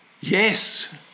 yes